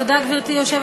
כמו שאת יודעת, יעל,